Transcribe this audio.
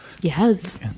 Yes